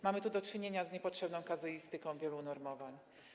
Mamy tu do czynienia z niepotrzebną kazuistyką wielu unormowań.